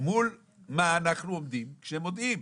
מול מה אנחנו עומדים כשמודיעים.